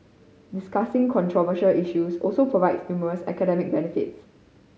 discussing controversial issues also provides numerous academic benefits